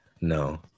No